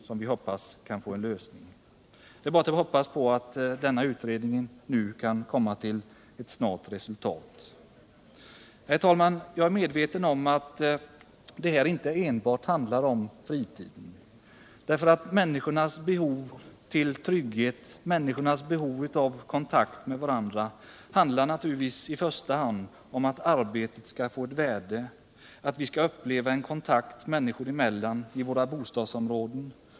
Det är bara att hoppas att denna utredning skall leda till ett snart resultat. Herr talman! Jag är medveten om att det inte enbart handlar om fritiden. Vi måste i första hand ha ett meningsfullt arbete och kunna uppleva en kontakt människorna emellan i våra bostadsområden.